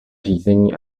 řízení